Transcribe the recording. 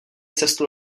cestu